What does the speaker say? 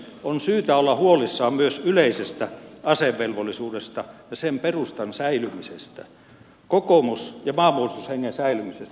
on syytä olla huolissaan myös yleisestä asevelvollisuudesta ja sen perustan säilymisestä ja maanpuolustushengen säilymisestä